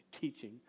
teaching